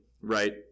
right